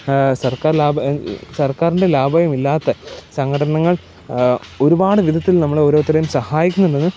സർക്കാർ സർക്കാരിൻ്റെ ലാഭയം ഇല്ലാത്ത സംഘടനകൾ ഒരുപാട് വിധത്തിൽ നമ്മളെ ഓരോരുത്തരെയും സഹായിക്കുന്നുണ്ടെന്ന്